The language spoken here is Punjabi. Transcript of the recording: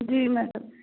ਜੀ ਮੈਡਮ